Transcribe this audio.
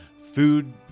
food